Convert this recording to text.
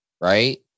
right